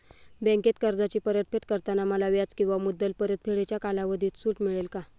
बँकेत कर्जाची परतफेड करताना मला व्याज किंवा मुद्दल परतफेडीच्या कालावधीत सूट मिळेल का?